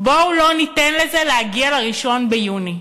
בואו לא ניתן לזה להגיע ל-1 ביוני.